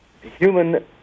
human